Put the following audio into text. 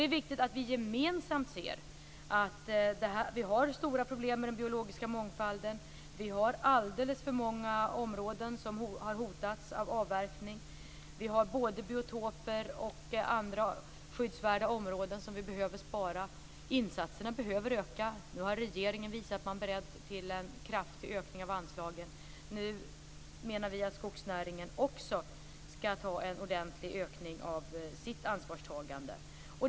Det är viktigt att vi gemensamt ser att vi har stora problem med den biologiska mångfalden, vi har alldeles för många områden som har hotats av avverkning, vi har både biotoper och andra skyddsvärda områden som vi behöver spara. Insatserna behöver öka. Nu har regeringen visat att den är beredd att kraftigt öka anslagen. Nu menar vi att skogsnäringen också skall ta sitt ansvar och öka sina insatser.